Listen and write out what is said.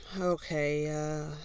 Okay